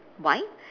why